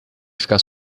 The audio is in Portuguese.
ficar